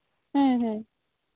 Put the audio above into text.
ᱦᱮᱸ ᱦᱮᱸ